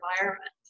environment